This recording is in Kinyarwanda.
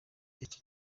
icyo